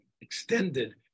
extended